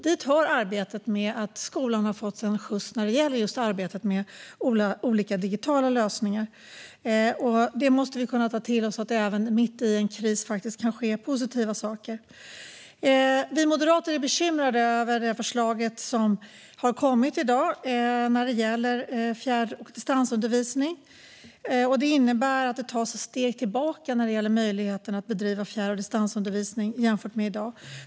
Dit hör arbetet med att skolan har fått sig en skjuts när det gäller just arbetet med olika digitala lösningar. Det måste vi kunna ta till oss, alltså att det även mitt i en kris faktiskt kan ske positiva saker. Vi moderater är bekymrade över det förslag som har kommit när det gäller fjärr och distansundervisning. Det innebär att det tas steg tillbaka när det gäller möjligheterna att bedriva fjärr och distansundervisning jämfört med i dag.